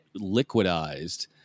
liquidized